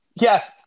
Yes